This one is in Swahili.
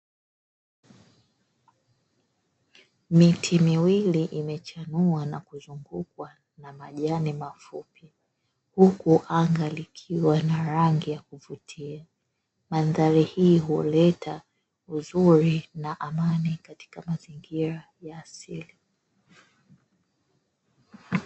Miti miwili imechanua na kuzungukwa na majani mafupi, huku anga likiwa na rangi ya kuvutia. Mandhari hii huleta uzuri na amani katika mazingira ya asili.